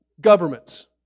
governments